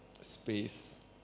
space